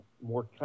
more